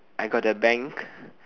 I got the bank